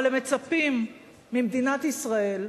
אבל הם מצפים ממדינת ישראל,